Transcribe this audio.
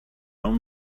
own